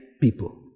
people